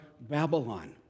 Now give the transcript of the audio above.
Babylon